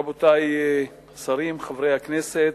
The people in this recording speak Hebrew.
רבותי השרים, חברי הכנסת,